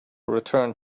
return